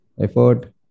effort